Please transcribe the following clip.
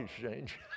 Exchange